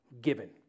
given